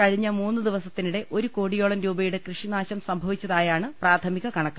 കഴിഞ്ഞ മൂന്ന് ദിവസത്തിനിടെ ഒരുകോടിയോളം രൂപയുടെ കൃഷിനാശം സംഭവി ച്ചതായാണ് പ്രാഥമിക കണക്ക്